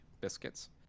Biscuits